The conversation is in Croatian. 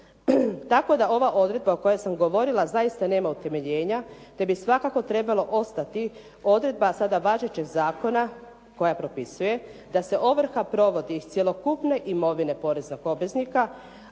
Tako da ova odredba o kojoj sam govorila zaista nema utemeljenja te bi svakako trebalo ostati odredba sada važećeg zakona koja propisuje da se ovrha provodi iz cjelokupne imovine poreznog obveznika,